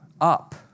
up